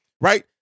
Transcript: right